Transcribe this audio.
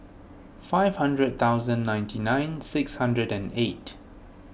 five hundred thousand ninety nine six hundred and eight